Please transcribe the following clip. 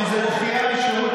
שזה דחייה משירות,